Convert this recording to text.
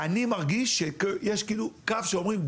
אני מרגיש שיש קו שאומרים,